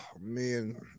man